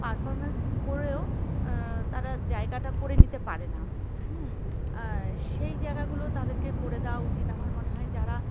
performance করেও তারা জায়গাটা করে নিতে পারে না সেই জায়গাগুলো তাদেরকে করে দেওয়া উচিত আমার মনে হয় যারা